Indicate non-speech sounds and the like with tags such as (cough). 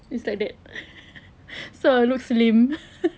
is like that (laughs) so I look slim (laughs)